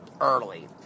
early